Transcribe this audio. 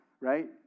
right